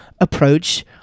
approach